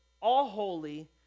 all-holy